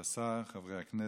כבוד השר, חברי הכנסת,